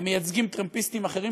הם מייצגים טרמפיסטים אחרים,